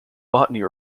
botany